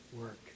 work